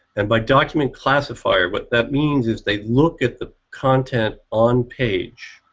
and by document classifier what that means is they look at the content on page